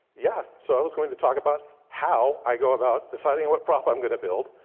yeah, so i was going to talk about, how i go about deciding what prop i'm going to build.